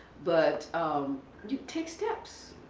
but um you take steps.